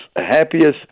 Happiest